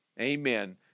Amen